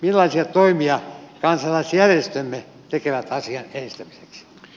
millaisia toimia kansalaisjärjestömme tekevät asian edistämiseksi